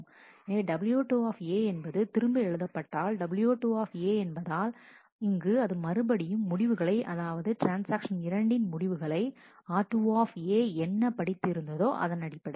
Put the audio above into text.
எனவே w2 என்பது திரும்ப எழுதப்பட்டால் w2 என்பதால் இங்கு அது மறுபடியும் முடிவுகளை அதாவது ட்ரான்ஸ்ஆக்ஷன் இரண்டின் முடிவுகளை r2 என்ன படித்து இருந்ததோ அதனடிப்படையில்